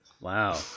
Wow